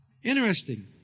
Interesting